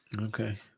Okay